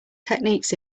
techniques